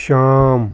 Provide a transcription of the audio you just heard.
شام